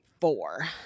four